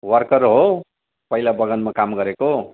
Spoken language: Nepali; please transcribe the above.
वर्कर हौ पहिला बगानमा काम गरेको